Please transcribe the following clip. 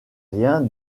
rien